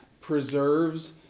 preserves